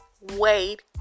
wait